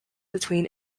between